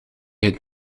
het